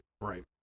right